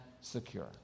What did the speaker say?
secure